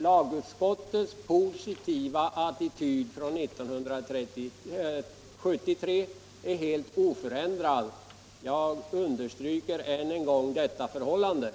Lagutskottets positiva attityd från 1973 är helt oförändrad — jag understryker ännu en gång detta förhållande.